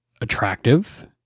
attractive